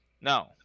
No